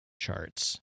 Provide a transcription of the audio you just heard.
charts